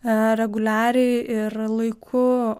reguliariai ir laiku